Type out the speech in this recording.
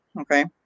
Okay